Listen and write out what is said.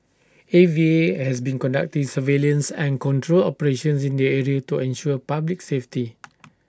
A V A has been conducting surveillance and control operations in the area to ensure public safety